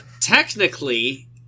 Technically